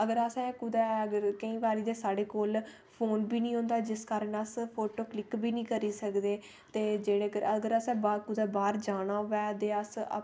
अगर असें कुतै अगर केईं बारी ते साढ़े कोल फोन बी निं होंदा जिस कारण अस फोटो क्लिक बी निं करी सकदे ते जे अगर असें कुतै बाह्र जाना होऐ ते अस